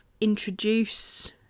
introduce